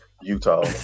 Utah